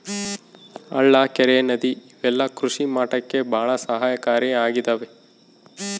ಹಳ್ಳ ಕೆರೆ ನದಿ ಇವೆಲ್ಲ ಕೃಷಿ ಮಾಡಕ್ಕೆ ಭಾಳ ಸಹಾಯಕಾರಿ ಆಗಿದವೆ